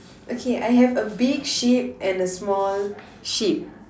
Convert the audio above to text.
okay I have a big sheep and a small sheep